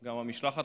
גם המשלחת